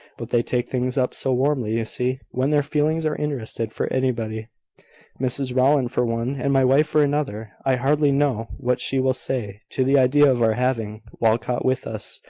but they take things up so warmly, you see, when their feelings are interested for anybody mrs rowland for one, and my wife for another. i hardly know what she will say to the idea of our having walcot with us.